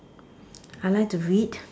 I like to read